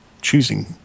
choosing